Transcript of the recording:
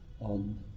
on